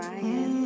Ryan